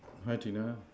why Tina